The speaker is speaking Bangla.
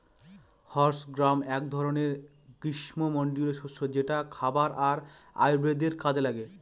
হর্স গ্রাম এক ধরনের গ্রীস্মমন্ডলীয় শস্য যেটা খাবার আর আয়ুর্বেদের কাজে লাগে